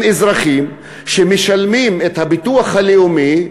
הם אזרחים שמשלמים את הביטוח הלאומי,